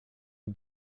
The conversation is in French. sur